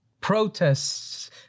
Protests